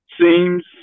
Seems